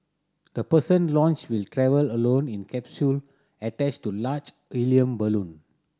the person launched will travel alone in capsule attached to large helium balloon